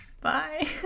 Bye